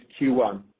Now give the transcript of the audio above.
Q1